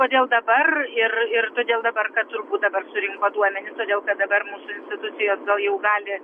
kodėl dabar ir ir todėl dabar kad turbūt dabar surinko duomenis todėl kad dabar mūsų institucijos gal jau gali